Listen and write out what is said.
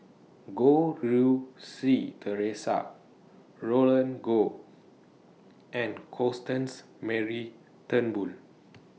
Goh Rui Si Theresa Roland Goh and Constance Mary Turnbull